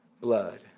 blood